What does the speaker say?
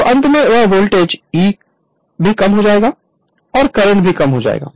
तो अंत में वह वोल्टेज E भी कम हो जाएगा और करंट भी कम हो जाएगा